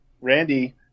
Randy